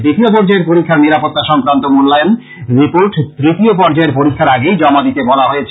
দ্বিতীয় পর্যায়ের পরীক্ষার নিরাপত্তা সংক্রান্ত মূল্যায়ন রিপোর্ট তৃতীয় পর্যায়ের পরীক্ষার আগেই জমা দিতে বলা হয়েছে